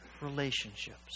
relationships